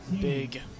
big